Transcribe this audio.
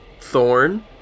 Thorn